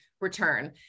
return